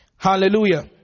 Hallelujah